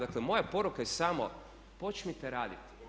Dakle, moja poruka je samo počnite raditi.